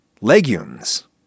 Legumes